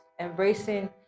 Embracing